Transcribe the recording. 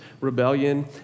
rebellion